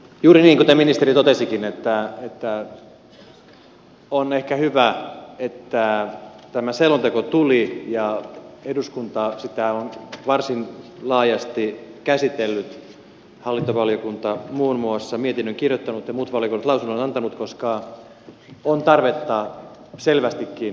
juuri niin kuten ministeri totesikin on ehkä hyvä että tämä selonteko tuli ja eduskunta sitä on varsin laajasti käsitellyt hallintovaliokunta muun muassa mietinnön kirjoittanut ja muut valiokunnat lausunnon antaneet koska on selvästikin tarvetta aluehallintoa kehittää